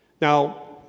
Now